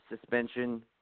suspension